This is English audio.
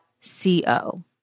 C-O